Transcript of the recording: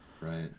Right